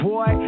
Boy